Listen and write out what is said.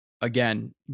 Again